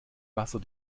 wasser